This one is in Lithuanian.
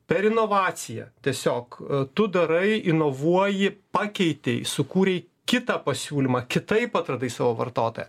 per inovaciją tiesiog tu darai inovuoji pakeitei sukūrei kitą pasiūlymą kitaip atradai savo vartotoją